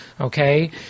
okay